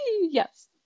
yes